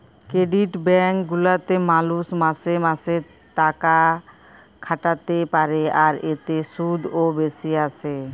credit bank গুলাতে মালুষ মাসে মাসে তাকাখাটাতে পারে, আর এতে শুধ ও বেশি আসে